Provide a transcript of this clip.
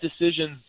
decisions